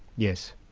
yes.